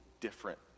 different